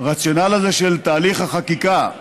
ברציונל הזה של תהליך החקיקה,